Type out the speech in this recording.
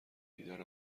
دیدار